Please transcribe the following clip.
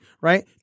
right